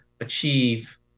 achieve